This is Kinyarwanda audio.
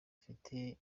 mfite